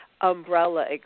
umbrella